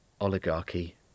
oligarchy